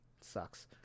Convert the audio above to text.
Sucks